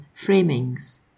framings